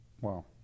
Wow